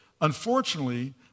Unfortunately